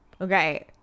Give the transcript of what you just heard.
Okay